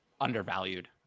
undervalued